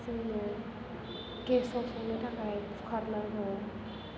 जोंनो गेसाव संनो थाखाय कुकार नांगौ